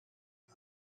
off